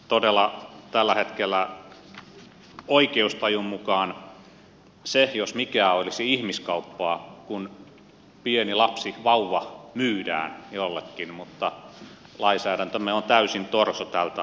todella tällä hetkellä oikeustajun mukaan se jos mikä olisi ihmiskauppaa kun pieni lapsi vauva myydään jollekin mutta lainsäädäntömme on täysin torso tältä osin